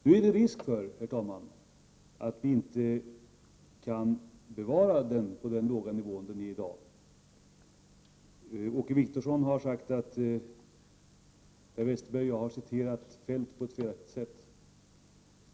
Nu är det risk för att vi inte kan bevara den på den låga nivå som den är i dag, herr talman. Åke Wictorsson har sagt att Per Westerberg och jag citerat Feldt på felaktigt sätt.